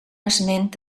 esment